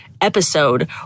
episode